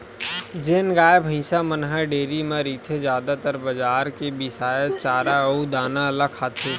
जेन गाय, भइसी मन ह डेयरी म रहिथे जादातर बजार के बिसाए चारा अउ दाना ल खाथे